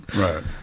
right